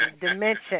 dimension